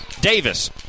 Davis